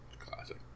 classic